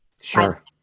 Sure